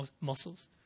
muscles